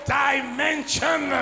dimension